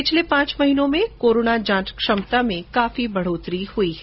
पिछले पांच महीनों में कोरोना जांच क्षमता में बढोतरी हुई है